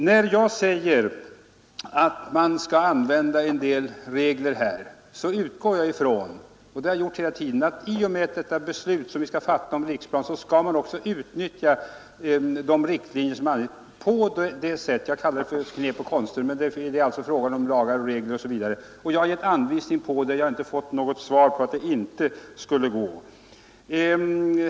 När jag säger att man bör följa en del regler menar jag att vi i det beslut vi skall fatta om riksplanen måste följa riktlinjerna. Jag kallade det knep och konster, men det är alltså fråga om lagar och regler. Jag har gett anvisning om det, och ingen har sagt att det inte skulle gå.